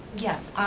yes,